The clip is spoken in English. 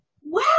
wow